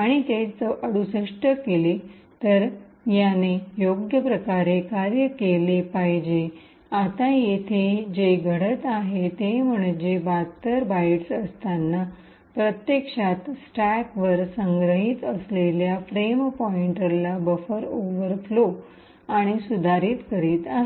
आणि ते ६८ केले तर याने योग्यप्रकारे कार्य केले पाहिजे आता येथे जे घडत आहे ते म्हणजे ७२ बाइट्स असताना प्रत्यक्षात स्टॅकवर संग्रहित असलेल्या फ्रेम पॉईंटरला बफर ओव्हरफ्लो आणि सुधारित करीत आहे